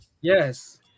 Yes